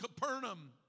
Capernaum